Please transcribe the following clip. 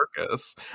circus